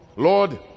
Lord